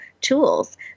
tools